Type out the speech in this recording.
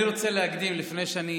אני רוצה להקדים, לפני שאני